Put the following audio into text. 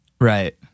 right